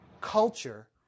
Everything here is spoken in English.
culture